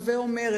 הווי אומר,